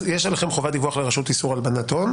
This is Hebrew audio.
יש עליכם אז חובת דיווח לרשות איסור הלבנת הון.